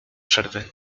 przerwy